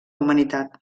humanitat